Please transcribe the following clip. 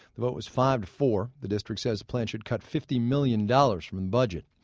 the vote was five four. the district says the plan should cut fifty million dollars from the budget.